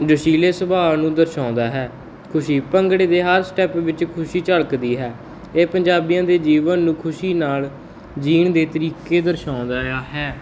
ਜੋਸ਼ੀਲੇ ਸੁਭਾਅ ਨੂੰ ਦਰਸਾਉਂਦਾ ਹੈ ਖੁਸ਼ੀ ਭੰਗੜੇ ਦੇ ਹਰ ਸਟੈਪ ਵਿੱਚ ਖੁਸ਼ੀ ਝਲਕਦੀ ਹੈ ਇਹ ਪੰਜਾਬੀਆਂ ਦੇ ਜੀਵਨ ਨੂੰ ਖੁਸ਼ੀ ਨਾਲ ਜੀਣ ਦੇ ਤਰੀਕੇ ਦਰਸਾਉਂਦਾ ਹੈ